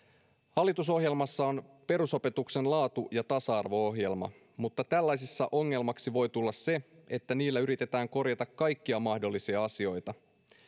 hallitusohjelmassa on perusopetuksen laatu ja tasa arvo ohjelma mutta tällaisessa ongelmaksi voi tulla se että niillä yritetään korjata kaikkia mahdollisia asioita